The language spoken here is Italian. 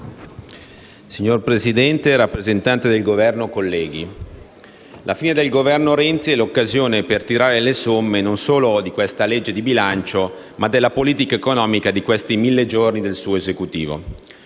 Signor Presidente, rappresentante del Governo, colleghi, la fine del Governo Renzi è l'occasione per tirare le somme, non solo di questo disegno di legge di bilancio, ma della politica economica di questi mille giorni del suo Esecutivo.